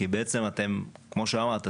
כי כמו שאמרת,